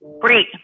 Great